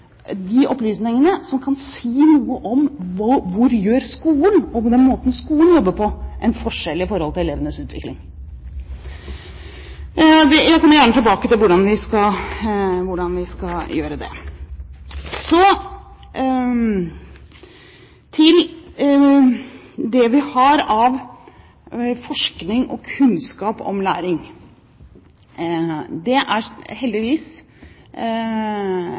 de opplysningene som kan si noe om hvordan måten skolen jobber på, utgjør en forskjell i elevenes utvikling. Jeg kommer gjerne tilbake til hvordan vi skal gjøre det. Så til det vi har av forskning og kunnskap om læring: Heldigvis foregår det